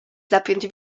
zapiąć